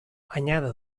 anyada